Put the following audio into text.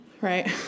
Right